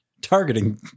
targeting